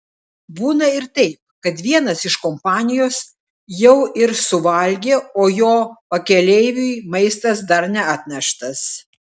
būna ir taip kad vienas iš kompanijos jau ir suvalgė o jo pakeleiviui maistas dar neatneštas